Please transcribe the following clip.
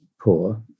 poor